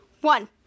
one